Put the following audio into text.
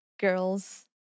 girl's